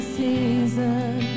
season